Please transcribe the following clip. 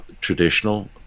traditional